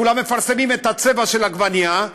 כולם מפרסמים את הצבע של העגבנייה,